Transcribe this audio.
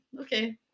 okay